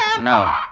No